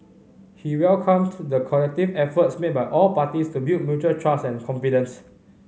he welcomed the collective efforts made by all parties to build mutual trust and confidence